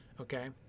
Okay